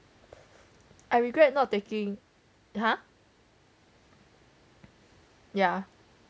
I regret not taking !huh! yeah